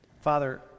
Father